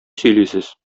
сөйлисез